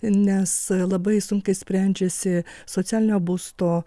nes labai sunkiai sprendžiasi socialinio būsto